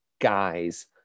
guys